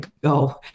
go